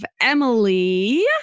Emily